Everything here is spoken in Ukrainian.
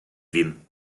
він